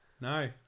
No